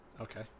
Okay